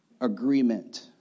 agreement